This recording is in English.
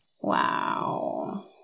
Wow